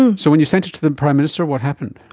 and so when you sent it to the prime minister, what happened?